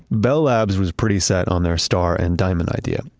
bell labs was pretty set on their star and diamond idea.